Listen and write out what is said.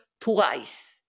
twice